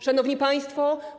Szanowni Państwo!